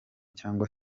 cyangwa